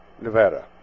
Nevada